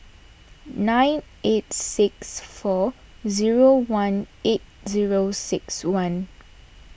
nine eight six four zero one eight zero six one